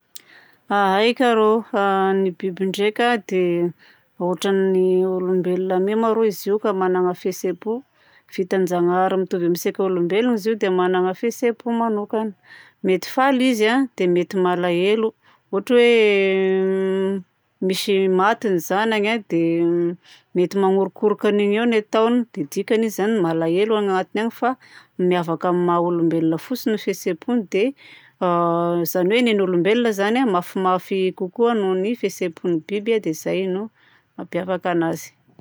A Aika arô! Ny biby ndraika a dia a ohatran'ny olombelona mi ma rô izy io ka manana fihetsem-po. Vitan-janahary mitovy amintsika olombelona izy io dia manana fihetsem-po manokana. Mety faly izy a, dia mety malahelo. Ohatra hoe misy maty ny zanany a dia mety manorokoroka an'io eo no ataony dia dikany izy izany malahelo agnatigny agny fa miavaka amin'ny maha-olombelona fotsiny ny fihetsem-pony. Dia a izany hoe ny an'ny olombelona izany a mafimafy kokoa nohon'ny fihetsem-pon'ny biby a. Dia izay no mampiavaka anazy.